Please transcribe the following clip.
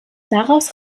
daraus